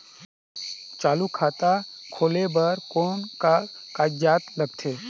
चालू खाता खोले बर कौन का कागजात लगथे?